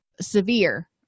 severe